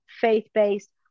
faith-based